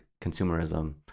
consumerism